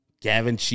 Gavin